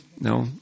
No